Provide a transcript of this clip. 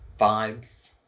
vibes